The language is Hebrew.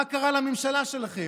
מה קרה לממשלה שלכם?